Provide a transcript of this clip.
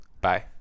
bye